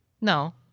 No